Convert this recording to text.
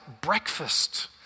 breakfast